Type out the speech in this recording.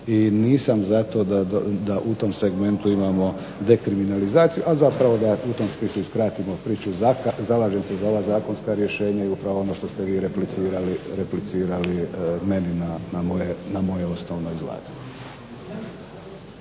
i nisam za to da u tom segmentu imamo dekriminalizaciju. A zapravo da u tom smislu i skratimo priču, zalažem se za ova zakonska rješenja i upravo ono što ste vi replicirali meni na moje osnovno izlaganje.